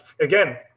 again